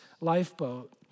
lifeboat